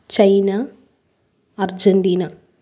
China Argentina